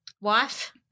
wife